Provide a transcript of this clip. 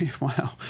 wow